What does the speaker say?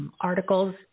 Articles